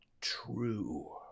true